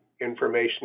information